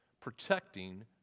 protecting